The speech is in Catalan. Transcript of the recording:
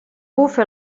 bufe